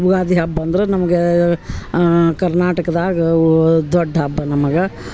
ಯುಗಾದಿ ಹಬ್ಬ ಅಂದ್ರೆ ನಮ್ಗೆ ಕರ್ನಾಟಕದಾಗ ದೊಡ್ಡ ಹಬ್ಬ ನಮಗೆ